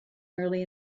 early